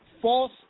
false